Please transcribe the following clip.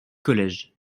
college